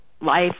life